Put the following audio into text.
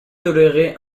tolérer